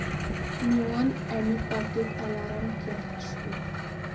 میون اَمہِ پَتُک الارام کیاہ چھُ